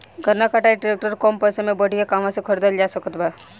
गन्ना कटाई ट्रैक्टर कम पैसे में बढ़िया कहवा से खरिदल जा सकत बा?